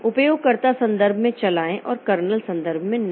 उपयोगकर्ता संदर्भ में चलाएं और कर्नेल संदर्भ नहीं